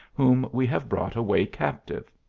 whom we have brought away captive.